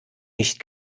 nicht